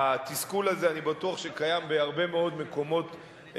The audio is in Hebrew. התסכול הזה אני בטוח שקיים הרבה מאוד בארץ,